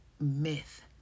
myth